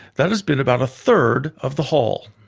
that has been about a third of the haul.